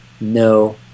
no